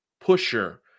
pusher